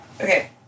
Okay